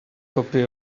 copy